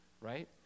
right